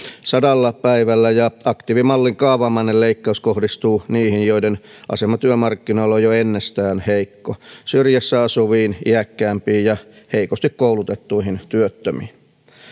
sadalla päivällä ja aktiivimallin kaavamainen leikkaus kohdistuu niihin joiden asema työmarkkinoilla on jo ennestään heikko syrjässä asuviin iäkkäämpiin ja heikosti koulutettuihin työttömiin